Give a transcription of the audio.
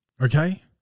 Okay